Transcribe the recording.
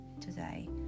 today